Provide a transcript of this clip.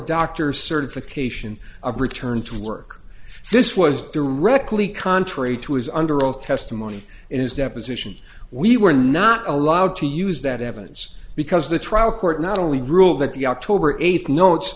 doctor's certification of return to work this was directly contrary to his under oath testimony in his deposition we were not allowed to use that evidence because the trial court not only ruled that the october eighth notes